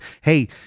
Hey